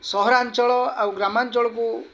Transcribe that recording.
ସହରାଞ୍ଚଳ ଆଉ ଗ୍ରାମାଞ୍ଚଳକୁ